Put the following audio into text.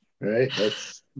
right